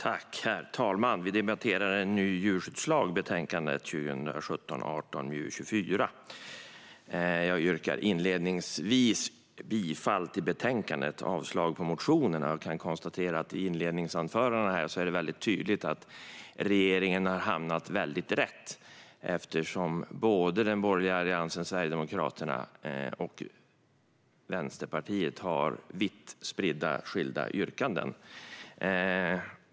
Herr talman! Vi debatterar en ny djurskyddslag, betänkande 2017/18:MJU24. Jag vill inledningsvis yrka bifall till utskottets förslag i betänkandet och avslag på motionerna. Av inledningsanförandena kan jag konstatera att det är väldigt tydligt att regeringen har hamnat rätt, eftersom både Alliansen, Sverigedemokraterna och Vänsterpartiet har vitt skilda yrkanden.